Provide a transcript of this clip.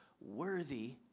worthy